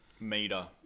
Meter